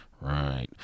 right